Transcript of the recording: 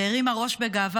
והרימה ראש בגאווה,